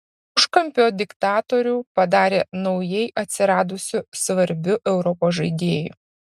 užkampio diktatorių padarė naujai atsiradusiu svarbiu europos žaidėju